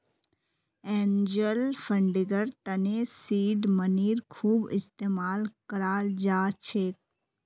angel फंडिंगर तने seed मनीर खूब इस्तमाल कराल जा छेक